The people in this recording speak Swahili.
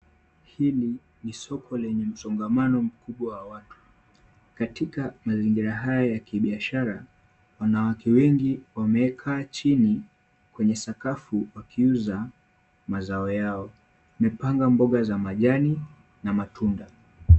Hili ni soko lenye msongamano mkubwa wa watu. Katika mazingira haya ya kibiashara, wanawake wengi wamekaa chini kwenye sakafu wakiuza mazao yao. Wamepanga mboga za majani na matunda.